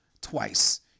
Twice